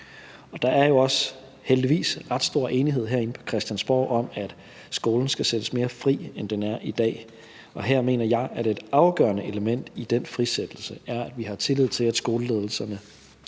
Der er jo også – heldigvis – ret stor enighed herinde på Christiansborg om, at skolen skal sættes mere fri, end den er i dag, og her mener jeg, at et afgørende element i den frisættelse er, at vi har tillid til, at skoleledelserne